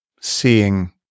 seeing